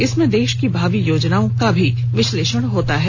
इसमें देश की भावी योजनाओं का भी विश्लेषण होता है